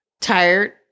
Tired